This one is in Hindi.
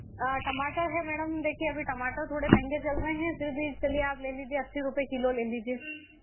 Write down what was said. टमाटर है मैडम देखिए अभी टमाटर थोड़े मंहगे चल रहे हैं फिर भी आप चलिए आप ले लीजिए अस्सी रुपए किलो ले लीजिए